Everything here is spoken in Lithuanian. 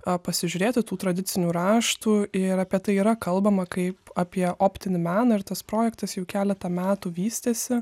a pasižiūrėti tų tradicinių raštų ir apie tai yra kalbama kaip apie optinį meną ir tas projektas jau keletą metų vystėsi